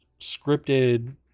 scripted